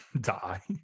die